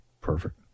Perfect